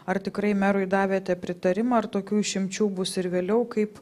ar tikrai merui davėte pritarimą ar tokių išimčių bus ir vėliau kaip